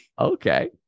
Okay